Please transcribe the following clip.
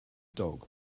dog